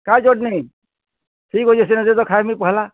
କାଁ ଚଟ୍ନି ଠିକ୍ ଅଛେ ସେନେ ଦେ ତ ଖାଏମି ପହେଲା